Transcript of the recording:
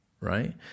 right